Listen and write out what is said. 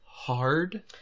hard